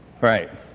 right